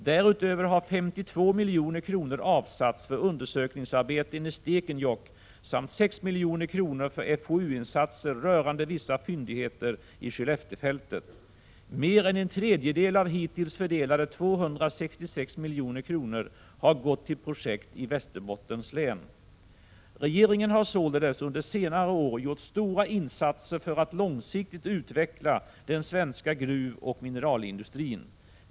Därutöver har 52 milj.kr. avsatts för undersökningsarbeten i Stekenjokk samt 6 milj.kr. för FoU-insatser rörande vissa fyndigheter i Skelleftefältet. Mer än en tredjedel av hittills fördelade 266 milj.kr. har gått till projekt i Västerbottens län. Regeringen har således under senare år gjort stora insatser för att långsiktigt utveckla den svenska gruvoch mineralindustrin.